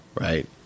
Right